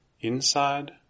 inside